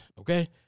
okay